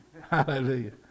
Hallelujah